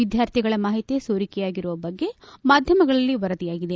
ವಿದ್ಯಾರ್ಥಿಗಳ ಮಾಹಿತಿ ಸೋರಿಕೆಯಾಗಿರುವ ಬಗ್ಗೆ ಮಾಧ್ಯಮಗಳಲ್ಲಿ ವರದಿಯಾಗಿದೆ